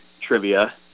trivia